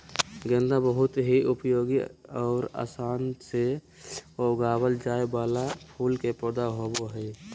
गेंदा बहुत ही उपयोगी और आसानी से उगावल जाय वाला फूल के पौधा होबो हइ